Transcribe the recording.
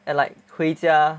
and like 回家